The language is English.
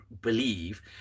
believe